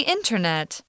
Internet